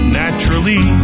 naturally